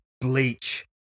bleach